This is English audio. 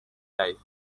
life